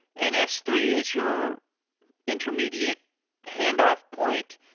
and s three is your intermediate handoff point.